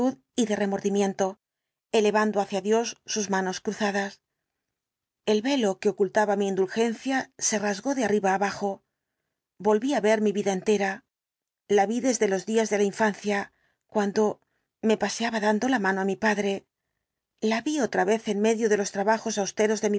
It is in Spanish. y de remordimiento elevando hacia dios sus manos cruzadas el velo que ocultaba mi indulgencia se rasgó de arriba á abajo volví á ver mi vida entera la vi desde los días de la infancia cuando me paseaba dando la mano á mi padre la vi otra vez en medio de los trabajos austeros de